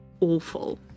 awful